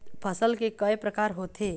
फसल के कय प्रकार होथे?